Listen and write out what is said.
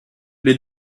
les